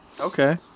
Okay